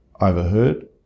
overheard